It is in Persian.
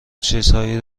چیزهایی